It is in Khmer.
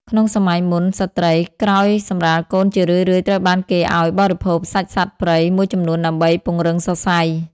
ក្នុងសម័យមុន ស្ត្រីក្រោយសម្រាលកូនជារឿយៗត្រូវបានគេឱ្យបរិភោគសាច់សត្វព្រៃមួយចំនួនដើម្បី "ពង្រឹងសរសៃ"។